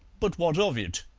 but what of it?